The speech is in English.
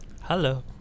Hello